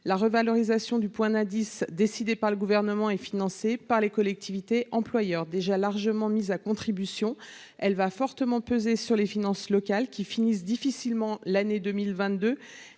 La revalorisation du point d'indice, décidée par le Gouvernement, est financée par les collectivités employeurs, déjà largement mises à contribution. Elle va fortement peser sur les finances locales, qui finissent difficilement l'année 2022